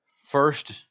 first